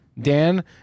dan